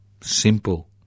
Simple